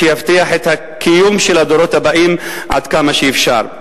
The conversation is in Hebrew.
שיבטיח את הקיום של הדורות הבאים עד כמה שאפשר.